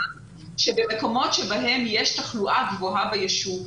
במקומות בהם יש תחלואה גבוהה בישוב,